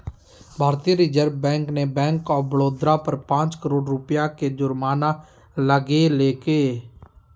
भारतीय reserve bank ने bank of Baroda पर पांच करोड़ रुपया के जुर्माना लगैलके